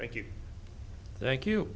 thank you thank you